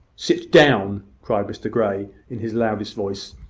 sit down! cried mr grey, in his loudest voice.